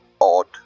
odd